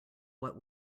what